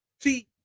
See